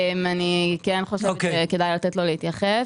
אני כן חושבת שכדאי לתת לו להתייחס.